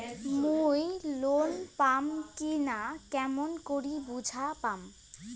মুই লোন পাম কি না কেমন করি বুঝা পাম?